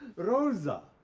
rosa.